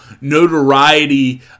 notoriety